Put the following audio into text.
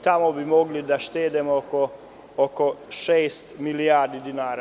Tamo bi mogli da štedimo oko 6 milijardi dinara.